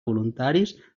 voluntaris